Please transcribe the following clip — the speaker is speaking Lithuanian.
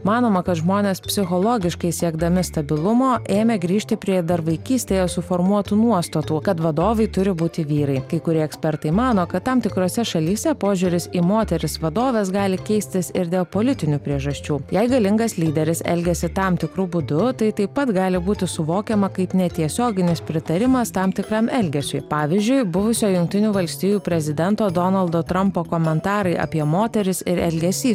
manoma kad žmonės psichologiškai siekdami stabilumo ėmė grįžti prie dar vaikystėje suformuotų nuostatų kad vadovai turi būti vyrai kai kurie ekspertai mano kad tam tikrose šalyse požiūris į moteris vadoves gali keistis ir dėl politinių priežasčių jei galingas lyderis elgiasi tam tikru būdu tai taip pat gali būti suvokiama kaip netiesioginis pritarimas tam tikram elgesiui pavyzdžiui buvusio jungtinių valstijų prezidento donaldo trampo komentarai apie moteris ir elgesys